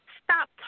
stop